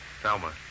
Thelma